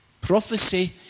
Prophecy